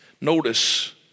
notice